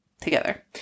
together